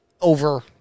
over